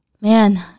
man